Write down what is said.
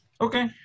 Okay